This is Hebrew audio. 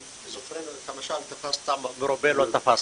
בזכרנו את המשל תפסת מרובה לא תפסת.